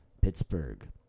Pittsburgh